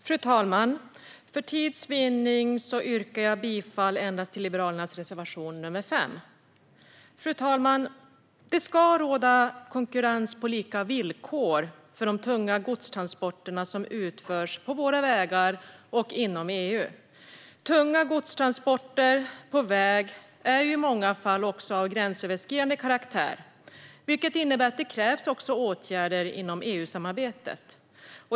Fru talman! För tids vinnande yrkar jag bifall endast till Liberalernas reservation nr 5. Det ska råda konkurrens på lika villkor för de tunga godstransporter som utförs på våra vägar och inom EU. Tunga godstransporter på väg är i många fall också av gränsöverskridande karaktär. Det innebär att det krävs åtgärder inom EU-samarbetet.